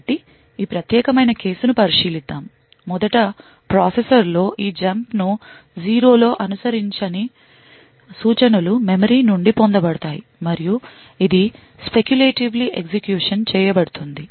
కాబట్టి ఈ ప్రత్యేకమైన కేసు ను పరిశీలిద్దాం మొదట ప్రాసెసర్లో ఈ జంప్ను 0 లో అనుసరించని సూచనలు మెమరీ నుండి పొందబడతాయి మరియు ఇది speculatively ఎగ్జిక్యూషన్ చేయబడుతుంది